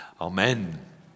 Amen